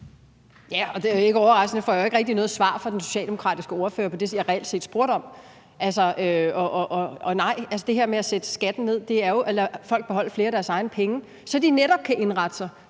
Thiesen (NB): Ikke overraskende får jeg jo ikke rigtig noget svar fra den socialdemokratiske ordfører på det, jeg reelt set spørger om. Og nej, det her med at sætte skatten ned er jo at lade folk beholde flere af deres egne penge, så de netop kan indrette sig,